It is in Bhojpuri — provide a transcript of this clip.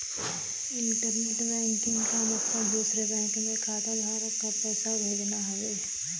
इण्टरनेट बैकिंग क मतलब दूसरे बैंक में खाताधारक क पैसा भेजना हउवे